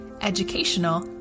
educational